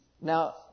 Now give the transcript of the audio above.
Now